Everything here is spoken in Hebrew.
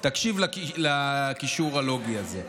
תקשיב לקישור הלוגי הזה.